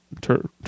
turn